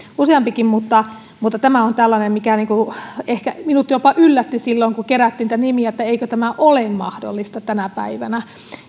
useampikin mutta mutta tämä on tällainen mikä minut ehkä jopa yllätti silloin kun kerättiin niitä nimiä että eikö tämä ole mahdollista tänä päivänä